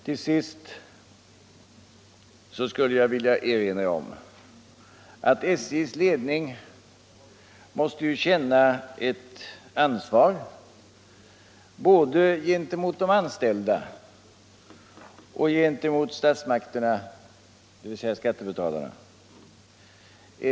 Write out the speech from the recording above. Till sist vill jag erinra om att SJ:s ledning måste känna ett ansvar både gentemot sina anställda och gentemot statsmakterna och skattebetalarna.